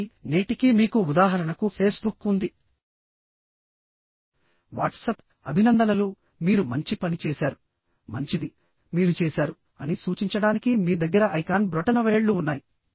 కాబట్టి నేటికీ మీకు ఉదాహరణకు ఫేస్బుక్ ఉంది వాట్సప్ అభినందనలు మీరు మంచి పని చేసారు మంచిది మీరు చేసారు అని సూచించడానికి మీ దగ్గర ఐకాన్ బ్రొటనవేళ్లు ఉన్నాయి